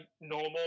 normal